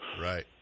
Right